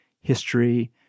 history